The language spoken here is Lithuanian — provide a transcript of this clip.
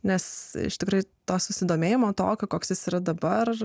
nes tikrai to susidomėjimo tokio koks jis yra dabar